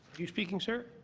you speaking, sir?